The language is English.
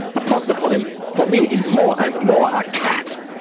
a pox upon him! for me, he's more and more a cat.